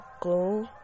go